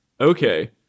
Okay